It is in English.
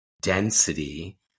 density